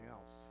else